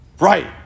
Right